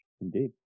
Indeed